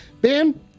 Ben